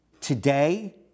Today